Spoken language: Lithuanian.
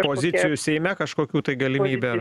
pozicijų seime kažkokių tai galimybę ar